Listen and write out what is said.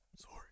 Sorry